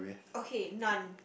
okay none